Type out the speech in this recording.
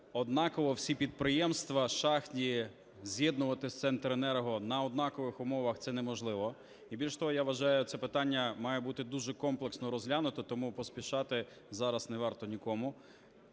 однаково всі підприємства шахтні з'єднувати з Центренерго на однакових умовах це неможливо. І більше того, я вважаю, це питання має бути дуже комплексно розглянуто, тому поспішати зараз не варто нікому.